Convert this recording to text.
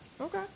Okay